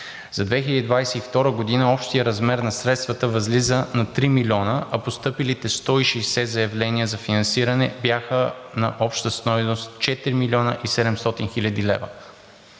За 2022 г. общият размер на средствата възлиза на 3 милиона, а постъпилите 160 заявления за финансиране бяха на обща стойност 4 млн. и 700 хил. лв.